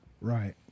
Right